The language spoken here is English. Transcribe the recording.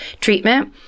treatment